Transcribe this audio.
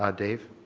ah dave?